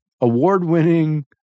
award-winning